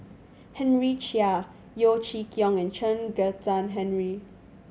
Henry Chia Yeo Chee Kiong and Chen Kezhan Henri